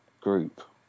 group